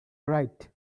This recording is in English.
right